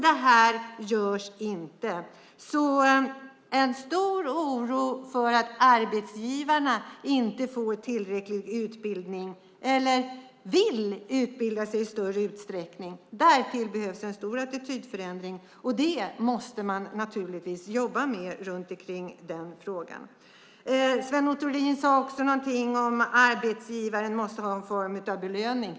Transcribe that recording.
Det görs inte. Jag känner stor oro för att arbetsgivarna inte får tillräcklig utbildning eller inte vill utbilda sig i större utsträckning. Där behövs en stor attitydförändring, och det måste man jobba med. Sven Otto Littorin sade också någonting om att arbetsgivaren måste ha en belöning.